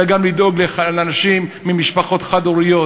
אלא גם לדאוג לאנשים ממשפחות חד-הוריות.